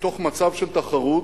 מתוך מצב של תחרות,